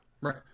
Right